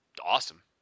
Awesome